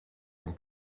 een